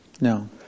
No